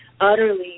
utterly